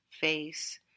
face